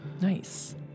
Nice